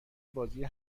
بازی